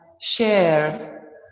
share